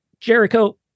Jericho